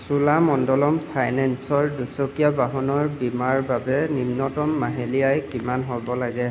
চোলামণ্ডলম ফাইনেন্সৰ দুচকীয়া বাহনৰ বীমাৰ বাবে নিম্নতম মাহিলী আয় কিমান হ'ব লাগে